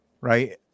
right